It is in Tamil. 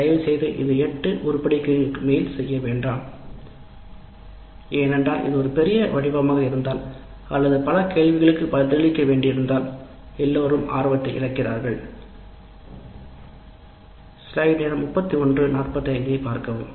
தயவு செய்து இதை 8 உருப்படிகளுக்கு மேல் செய்ய வேண்டாம் ஏனென்றால் இது ஒரு பெரிய வடிவமாக இருந்தால் எல்லோரும் ஆர்வத்தை இழக்கிறார்கள் அல்லது பல கேள்விகளுக்கு பதிலளிக்க வேண்டும்